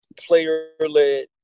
player-led